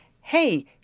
Hey